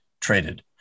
traded